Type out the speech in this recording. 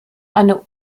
eine